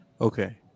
Okay